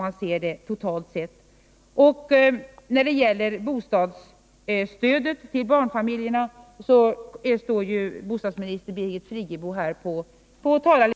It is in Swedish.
Frågor som gäller bostadsstödet till barnfamiljerna får bostadsministern, som står på tur litet längre ned på talarlistan, svara på.